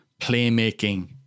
playmaking